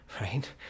right